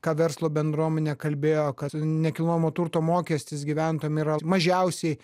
ką verslo bendruomenė kalbėjo kad nekilnojamojo turto mokestis gyventojam yra mažiausiai